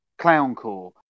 Clowncore